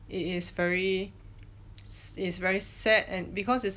it is very it's very sad and because it's